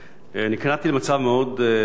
נקלעתי למצב מאוד עצוב.